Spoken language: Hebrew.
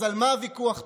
אז על מה הוויכוח פה?